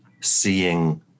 seeing